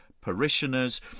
parishioners